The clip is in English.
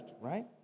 right